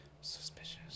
Suspicious